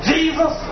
Jesus